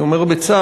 אני אומר בצער,